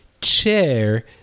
chair